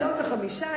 חמישה,